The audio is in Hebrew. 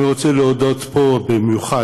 אני רוצה להודות פה במיוחד,